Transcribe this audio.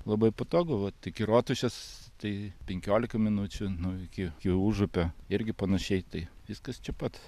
labai patogu vat iki rotušės tai penkiolika minučių nu iki iki užupio irgi panašiai tai viskas čia pat